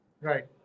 Right